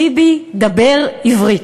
ביבי, דבר עברית.